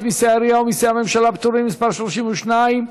מיסי העירייה ומיסי הממשלה (פטורין) (מס' 32),